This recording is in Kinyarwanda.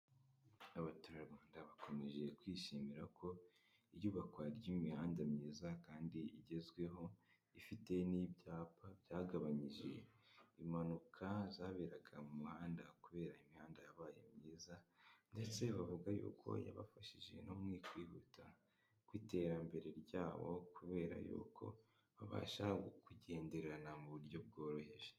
Abaturarwanda bakomeje kwishimira ko iyubakwa ry'imihanda myiza kandi igezweho ifite n'ibyapa, byagabanyije impanuka zaberaga mu muhanda kubera imihanda yabaye myiza ndetse bavuga yuko yabafashije no mu kwihuta kw'iterambere ryabo kubera yuko babasha kugenderana mu buryo bworoheje.